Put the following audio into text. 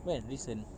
when recent